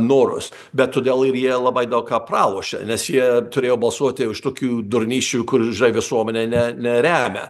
norus bet todėl ir jie labai daug ką pralošė nes jie turėjo balsuoti už tokių durnysčių kur žai visuomenė ne neremia